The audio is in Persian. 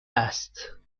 است